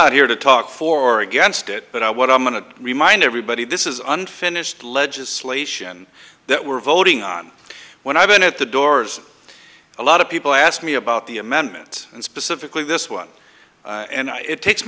not here to talk for against it but i what i'm going to remind everybody this is unfinished legislation that we're voting on when i've been at the doors a lot of people asked me about the amendment and specifically this one and it takes